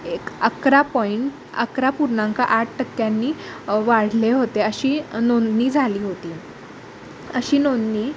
एक अकरा पॉईंट अकरा पूर्णांक आठ टक्क्यांनी वाढले होते अशी नोंदणी झाली होती अशी नोंदणी